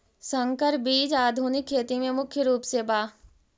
संकर बीज आधुनिक खेती में मुख्य रूप से बा